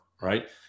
right